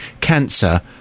cancer